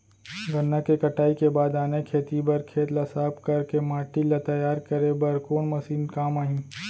गन्ना के कटाई के बाद आने खेती बर खेत ला साफ कर के माटी ला तैयार करे बर कोन मशीन काम आही?